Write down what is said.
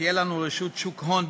שתהיה לנו רשות שוק הון,